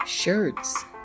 Shirts